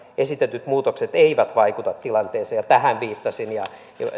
esitetyt muutokset eivät vaikuta tilanteeseen tähän viittasin ja